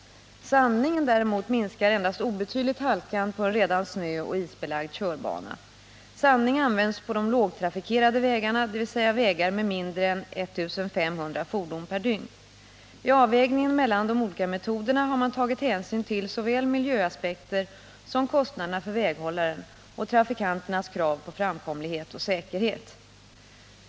Sandningen däremot minskar endast obetydligt halkan på en redan snöeller isbelagd körbana. Sandning används på de lågtrafikerade vägarna, dvs. vägar med mindre än 1 500 fordon per dygn. I avvägningen mellan de olika metoderna har man tagit hänsyn till såväl miljöaspekter som kostnaderna för väghållare och trafikanternas krav på framkomlighet och säkerhet.